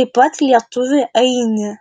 taip pat lietuvį ainį